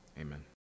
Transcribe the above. amen